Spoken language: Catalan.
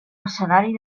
escenari